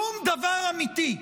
שום דבר אמיתי,